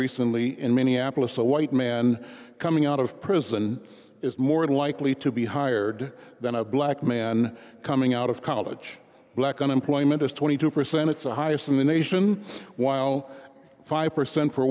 recently in minneapolis a white man coming out of prison is more likely to be hired than a black man coming out of college black unemployment is twenty two percent it's the highest in the nation while five percent for